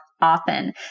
often